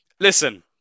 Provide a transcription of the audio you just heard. listen